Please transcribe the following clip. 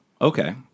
Okay